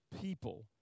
people